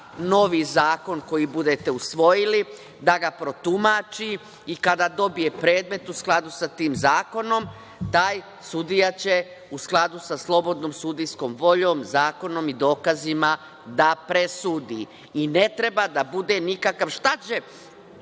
novi zakon koji budete usvojili, da ga protumači i kada dobije predmet u skladu sa tim zakonom, taj sudija će u skladu sa slobodnom sudijskom voljom, zakonom i dokazima da presudi. Ne treba da bude nikakav… šta će,